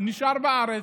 נשאר בארץ,